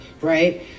right